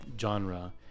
genre